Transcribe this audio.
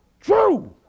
true